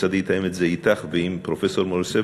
משרדי יתאם את זה אתך ועם פרופסור מור-יוסף,